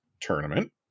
tournament